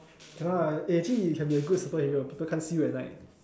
cannot lah eh actually you can be a good superhero people can't see you at night